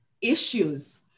issues